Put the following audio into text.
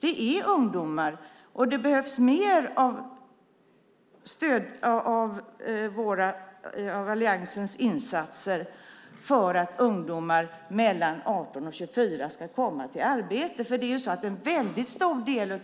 Det är ungdomar, och det behövs mer av alliansens insatser för att ungdomar mellan 18 och 24 år ska komma till arbete. En väldigt stor del